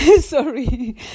sorry